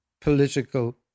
political